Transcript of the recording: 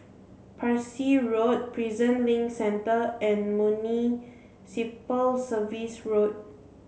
Parsi Road Prison Link Centre and Municipal Service road